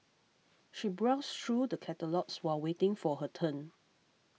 she browsed through the catalogues while waiting for her turn